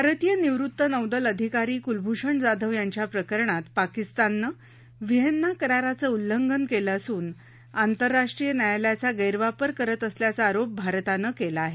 भारतीय निवृत्त नौदल अधिकारी कुलभूषण जाधव यांच्या प्रकरणात पाकिस्ताननं व्हिएन्ना कराराचं उल्लंघन केलं असून आंतरराष्ट्रीय न्यायालयाचा गैरवापर करत असल्याचा आरोप भारतानं केला आहे